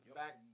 back